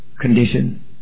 condition